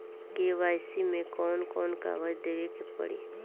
KYC मे कौन कौन कागज देवे के पड़ी?